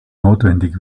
notwendig